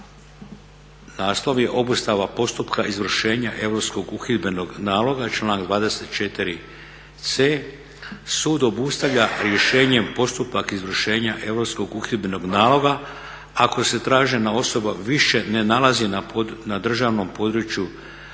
glase: Obustava postupka izvršenja europskog uhidbenog naloga. članak 24c. Sud obustavlja rješenjem postupak izvršenja europskog uhidbenog naloga, ako se tražena osoba više ne nalazi na državnom području